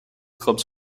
clubs